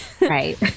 Right